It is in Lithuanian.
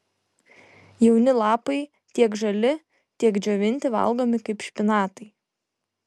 jauni lapai tiek žali tiek džiovinti valgomi kaip špinatai